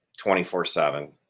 24-7